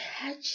catch